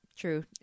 True